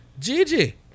Gigi